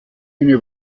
eine